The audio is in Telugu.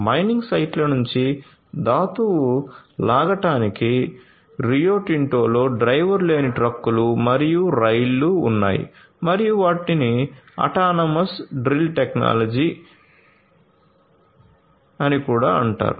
మైనింగ్ సైట్ల నుండి ధాతువు లాగడానికి రియో టింటో లో డ్రైవర్లేని ట్రక్కులు మరియు రైళ్లు ఉన్నాయి మరియు వాటికి అటానమస్ డ్రిల్ టెక్నాలజీ కూడా ఉంది